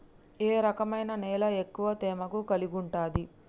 ఏ రకమైన నేల ఎక్కువ తేమను కలిగుంటది?